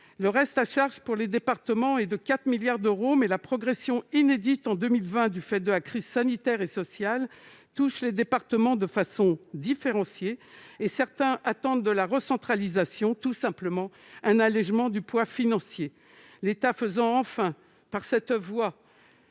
Le reste à charge pour les départements est de 4 milliards d'euros, mais la progression inédite en 2020, du fait de la crise sanitaire et sociale, touche les départements de façon différenciée. Certains attendent de la recentralisation, tout simplement, un allégement du poids financier, l'État prenant enfin, par cette voie,